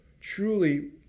truly